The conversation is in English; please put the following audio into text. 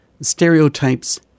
stereotypes